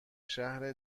شهر